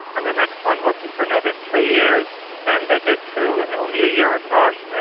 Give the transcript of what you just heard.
and the next one wasn't for another three years. then they did two only a year apart,